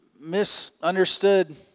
misunderstood